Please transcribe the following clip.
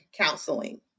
counseling